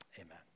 Amen